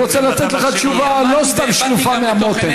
הוא רוצה לתת לך תשובה לא סתם שלופה מהמותן.